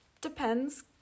Depends